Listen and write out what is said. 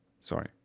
sorry